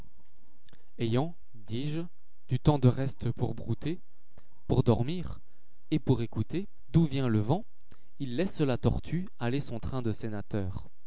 ayant dis-je du temps de reste pour brouter pour dormir et pour écouter d'où vient le vent illaisse la tortue aller son train de sénateur